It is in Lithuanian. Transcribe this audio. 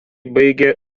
baigė